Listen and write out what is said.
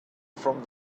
from